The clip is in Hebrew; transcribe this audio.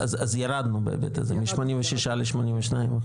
אז ירדנו בהיבט הזה, מ-86% ל-82%.